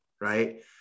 right